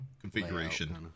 configuration